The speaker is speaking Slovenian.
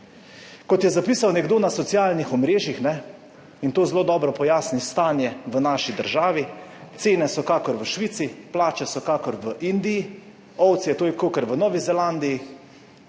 Kot je zapisal nekdo na socialnih omrežjih, in to zelo dobro pojasni stanje v naši državi: »Cene so kakor v Švici, plače so kakor v Indiji, ovac je kakor v Novi Zelandiji,